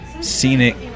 scenic